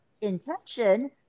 intention